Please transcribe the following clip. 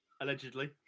allegedly